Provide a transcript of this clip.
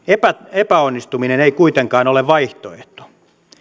epäonnistuminen ei kuitenkaan ole vaihtoehto